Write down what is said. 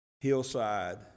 hillside